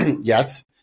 yes